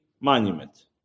monument